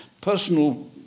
personal